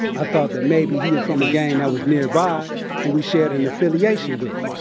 i thought that maybe he was from a gang that was nearby who we shared an affiliation with.